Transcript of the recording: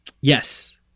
Yes